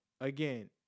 Again